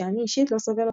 שאני אישית לא סובל אותו".